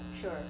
sure